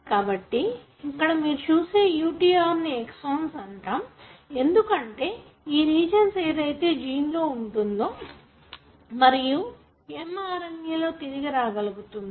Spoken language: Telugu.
కాబట్టి ఇక్కడ మీరు చూసే UTR ను ఎక్సన్స్ అంటాము ఎందుకంటే ఈ రీజన్స్ ఏదైతే జీన్ లో ఉంటుందో మరియు mRNA లో తిరిగి రాగలుగుతుందో